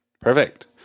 Perfect